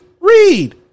Read